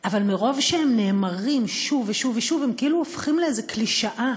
אבל מרוב שהם נאמרים שוב ושוב ושוב הם כאילו הופכים לאיזו קלישאה,